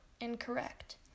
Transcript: incorrect